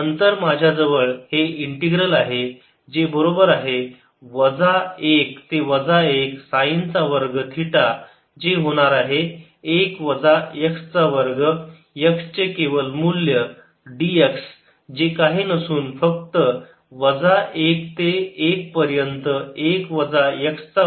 नंतर माझ्याजवळ हे इंटीग्रल आहे जे बरोबर आहे 1 ते 1 साइन चा वर्ग थिटा जे होणार आहे 1 वजा x चा वर्ग x चे केवल मूल्य dx जे काही नसून फक्त वजा 1 ते 1 पर्यंत 1 वजा x चा वर्ग x केवल मूल्य dx आहे